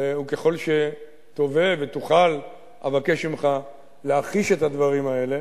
וככל שתאבה ותוכל אבקש ממך להכחיש את הדברים האלה,